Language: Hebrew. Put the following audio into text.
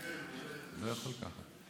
אני לא יכול ככה.